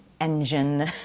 engine